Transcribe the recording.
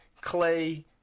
Clay